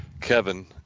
Kevin